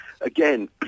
again